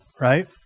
right